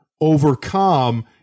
overcome